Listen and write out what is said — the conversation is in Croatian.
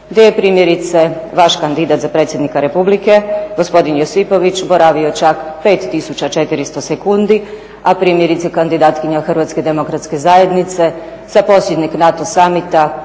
gdje je primjerice vaš kandidat za predsjednika republike gospodin Josipović boravio čak 5 tisuća 400 sekundi a primjerice kandidatkinja Hrvatske demokratske zajednice sa posljednjeg NATO summit